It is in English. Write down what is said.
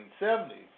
1970s